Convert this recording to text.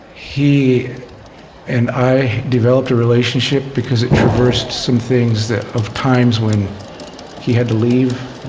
he and i developed a relationship, because it traversed some things that of times when he had to leave,